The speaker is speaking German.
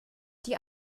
die